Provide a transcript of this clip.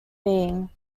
being